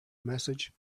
message